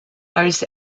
als